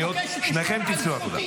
ובעוד חמש שניות שניכם תצאו החוצה.